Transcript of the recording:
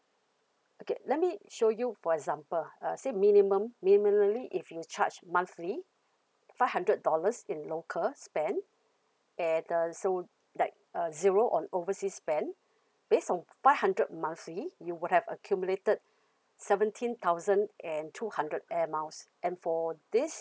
okay let me show you for example ah uh say minimum minimally if you charge monthly five hundred dollars in local spend and uh so like uh zero on overseas spend based on five hundred monthly you would have accumulated seventeen thousand and two hundred air miles and for all this